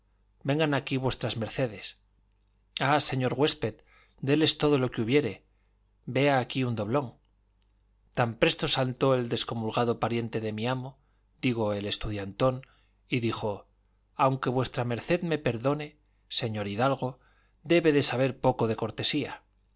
vengan aquí v mds ah señor güésped déles todo lo que hubiere vea aquí un doblón tan presto saltó el descomulgado pariente de mi amo digo el estudiantón y dijo aunque v md me perdone señor hidalgo debe de saber poco de cortesía